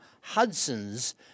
Hudsons